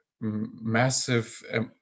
massive